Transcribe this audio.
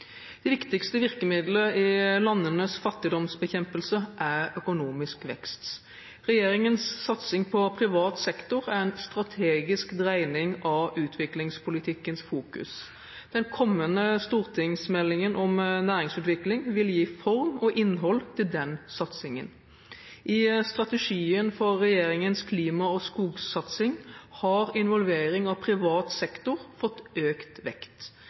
er økonomisk vekst. Regjeringens satsing på privat sektor er en strategisk dreining av utviklingspolitikkens fokus. Den kommende stortingsmeldingen om næringsutvikling vil gi form og innhold til den satsingen. I strategien for regjeringens klima- og skogsatsing har involvering av privat sektor fått økt vekt.